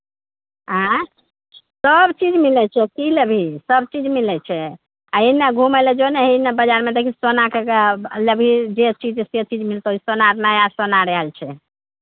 आँय सभचीज मिलै छै की लेबही सभचीज मिलै छै हे अयही ने घुमय लेल जो ने हे एहिना बजारमे देखही सोनाके गऽ लेबही जे चीज सभचीज मिलतौ सोनार नया सोनार आयल छै